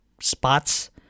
spots